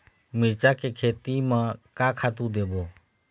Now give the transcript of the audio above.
मिरचा के खेती म का खातू देबो?